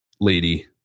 lady